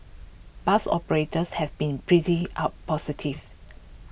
bus operators have been pretty out positive